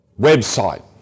website